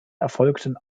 erfolgten